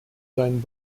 seinen